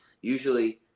usually